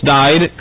died